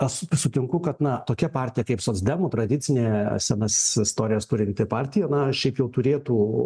aš su sutinku kad na tokia partija kaip socdemų tradicinė senas istorijas turinti partija na šiaip jau turėtų